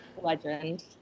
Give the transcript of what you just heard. Legend